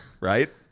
right